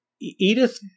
Edith